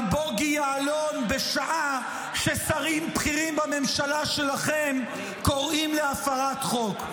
-- על בוגי יעלון בשעה ששרים בכירים בממשלה שלכם קוראים להפרת חוק.